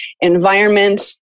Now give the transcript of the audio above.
environment